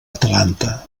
atlanta